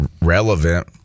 relevant